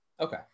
Okay